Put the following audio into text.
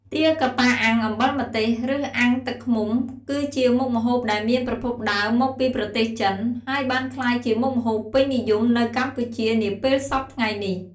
ទាកាប៉ាអាំងអំបិលម្ទេស ឬ អាំងទឹកឃ្មុំគឺជាមុខម្ហូបដែលមានប្រភពដើមមកពីប្រទេសចិន ហើយបានក្លាយជាមុខម្ហូបពេញនិយមនៅកម្ពុជានាពេលសព្វថ្ងៃនេះ។